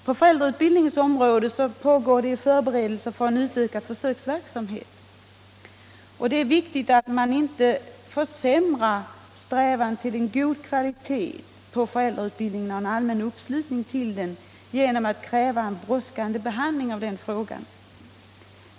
På föräldrautbildningens område pågår förberedelser för en utökad försöksverksamhet, och det är viktigt att man inte försämrar förutsättningarna att uppnå god kvalitet på föräldrautbildningen och allmän uppslutning kring den genom att kräva en brådskande behandling av frågan.